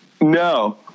No